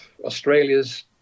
Australia's